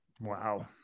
Wow